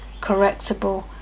correctable